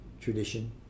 tradition